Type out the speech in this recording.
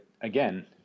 again